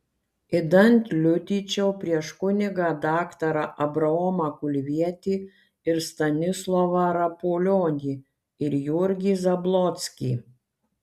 idant liudyčiau prieš kunigą daktarą abraomą kulvietį ir stanislovą rapolionį ir jurgį zablockį